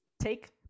take